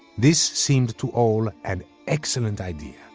this seemed too all an excellent idea.